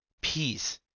peace